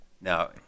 now